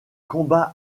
combat